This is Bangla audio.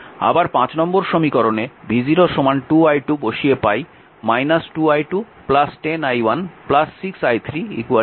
আবার নম্বর সমীকরণে v0 2 i2 বসিয়ে পাই 2i2 10 i1 6 i3 0